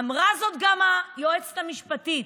אמרה זאת גם היועצת המשפטית,